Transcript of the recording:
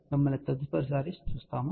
మిమ్మల్ని తదుపరిసారి చూస్తాము